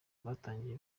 batangiye